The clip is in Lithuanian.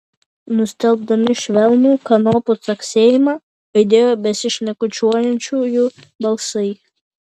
nustelbdami švelnų kanopų caksėjimą aidėjo besišnekučiuojančiųjų balsai